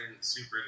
super